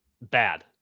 bad